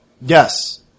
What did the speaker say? Yes